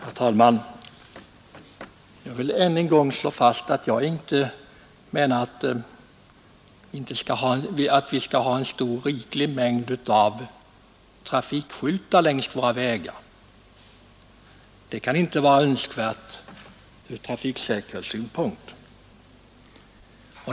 Herr talman! Jag vill än en gång slå fast att jag inte menat att vi skall ha en riklig mängd av trafikskyltar längs våra vägar. Det kan inte vara önskvärt från trafiksäkerhetssynpunkt.